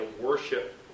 worship